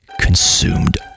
consumed